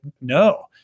no